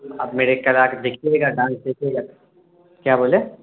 آپ میرے کر آ کے دیکھیے گا ڈانس دیکھیے گا کیا بولے